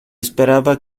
esperaba